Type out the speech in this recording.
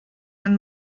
ein